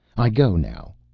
i go now,